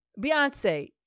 Beyonce